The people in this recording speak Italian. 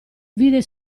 vide